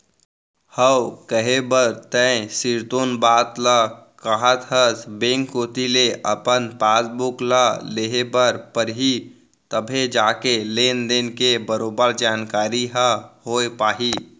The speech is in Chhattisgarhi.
हव कहे बर तैं सिरतोन बात ल काहत हस बेंक कोती ले अपन पासबुक ल लेहे बर परही तभे जाके लेन देन के बरोबर जानकारी ह होय पाही